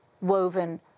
woven